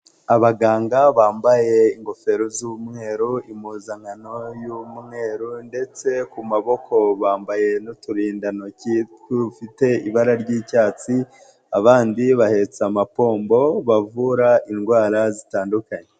Abaganga bambaye ingofero z'umweru, impuzankano y'umweru, ndetse ku maboko bambaye n'uturindantoki dufite ibara ry'icyatsi, abandi bahetse amapombo bavura indwara zitandukanye.